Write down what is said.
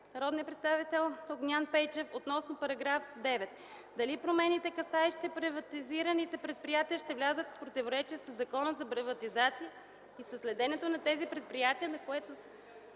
народният представител Огнян Пейчев относно § 9 – дали промените, касаещи приватизираните предприятия, ще влязат в противоречие със Закона за приватизация и със следенето на тези предприятия, на което